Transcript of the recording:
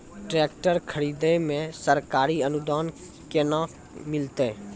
Tractor खरीदै मे सरकारी अनुदान केना मिलतै?